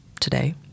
today